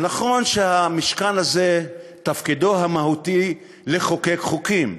נכון שהמשכן הזה, תפקידו המהותי הוא לחוקק חוקים.